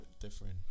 different